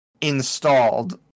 installed